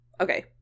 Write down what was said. okay